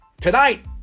tonight